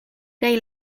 kaj